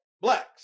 blacks